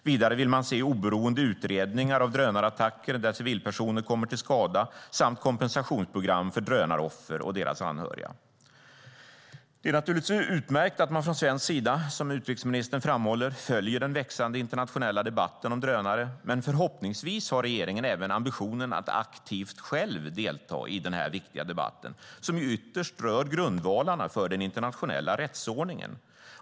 Vidare vill man se oberoende utredningar av drönarattacker där civilpersoner kommer till skada samt kompensationsprogram för drönaroffer och deras anhöriga. Det är naturligtvis utmärkt att man från svensk sida, som utrikesministern framhåller, följer den växande internationella debatten om drönare. Men förhoppningsvis har regeringen även ambitionen att aktivt själv delta i den här viktiga debatten som ju ytterst rör grundvalarna för den internationella rättsordningen.